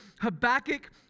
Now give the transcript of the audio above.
Habakkuk